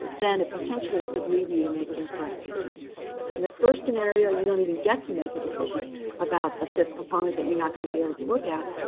then it potentially could lead you to make incorrect decisions. in the first scenario, you don't even get to make a decision about the fifth component that you're not going to be able to look at.